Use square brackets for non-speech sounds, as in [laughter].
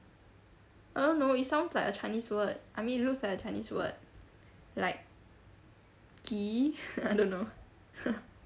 I don't know it sounds like a chinese word I mean it looks like a chinese word like gee I don't know [laughs]